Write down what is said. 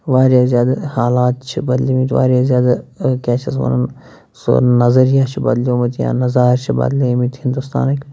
واریاہ زیادٕ حالات چھِ بدلیمٕتۍ واریاہ زیادٕ کیٛاہ چھِ اَتھ وَنان سۄ نظریاہ چھِ بدلیومُت یا نظار چھِ بدلیمٕتۍ ہِنٛدُستانٕکۍ